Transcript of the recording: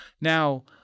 now